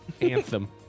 Anthem